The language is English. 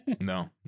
no